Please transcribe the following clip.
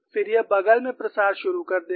फिर यह बग़ल में प्रसार शुरू कर देगा